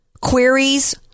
queries